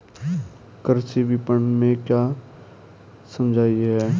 कृषि विपणन में क्या समस्याएँ हैं?